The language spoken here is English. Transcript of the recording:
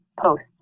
post